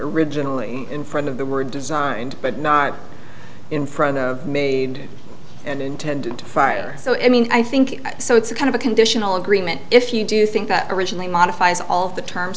originally in front of the word designed but not in front made and intended to fire so i mean i think so it's a kind of a conditional agreement if you do think that originally modifies al